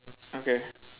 okay